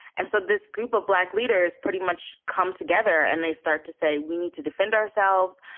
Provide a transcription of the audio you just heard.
and so this group of black leaders pretty much come together and they start to say, we need to defend ourselves.